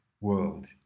world